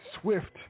swift